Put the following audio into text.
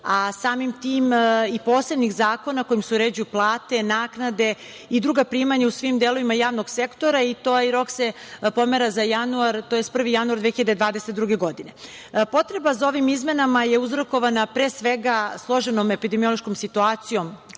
a samim tim i posebnih zakona kojima se uređuju plate, naknade i druga primanja u svim delovima javnog sektora. Taj rok se pomera za 1. januar 2022. godine. Potreba za ovim izmenama je uzrokovana, pre svega, složenom epidemiološkoj situacijom